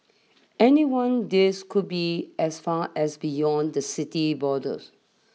anyone these could be as far as beyond the city's borders